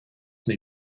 wnei